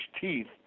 teeth